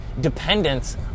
dependence